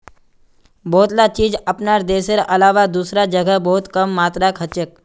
बहुतला चीज अपनार देशेर अलावा दूसरा जगह बहुत कम मात्रात हछेक